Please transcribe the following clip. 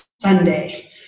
Sunday